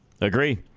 Agree